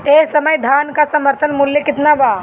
एह समय धान क समर्थन मूल्य केतना बा?